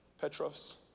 Petros